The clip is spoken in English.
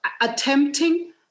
attempting